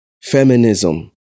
feminism